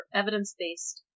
evidence-based